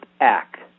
act